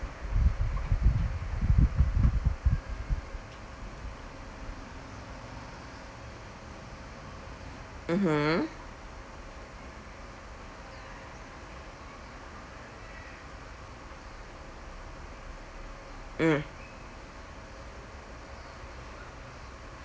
mmhmm mm